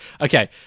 Okay